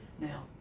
Now